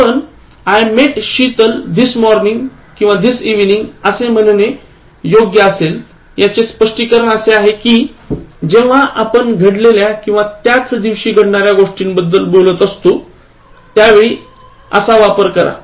पण I met Sheetal this morning किंवा this evening असे म्हणणे योग्य असेलयाचे स्पष्टीकरण असे आहे कि जेव्हा आपण घडलेल्या किंवा त्याच दिवशी घडणाऱ्या गोष्टींबद्दल बोलत असतो त्यावेळी असा वापर करा